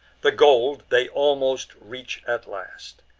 the goal they almost reach at last,